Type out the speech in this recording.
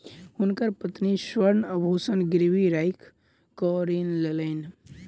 हुनकर पत्नी स्वर्ण आभूषण गिरवी राइख कअ ऋण लेलैन